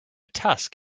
tusk